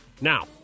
Now